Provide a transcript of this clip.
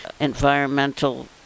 environmental